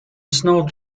snow